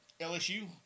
LSU